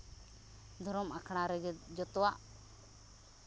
ᱫᱷᱚᱨᱚᱢ ᱟᱠᱷᱲᱟ ᱨᱮᱜᱮ ᱡᱚᱛᱚᱣᱟᱜ